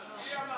מי אמר חייב?